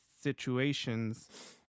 situations